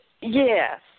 Yes